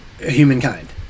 humankind